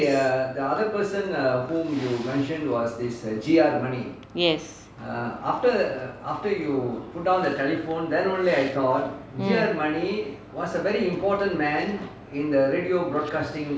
yes